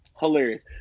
Hilarious